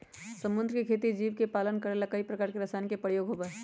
समुद्र के खेती जीव के पालन करे ला कई बार रसायन के प्रयोग होबा हई